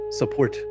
support